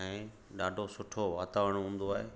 ऐं ॾाढो सुठो वातावरण हूंदो आहे